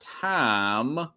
time